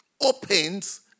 opens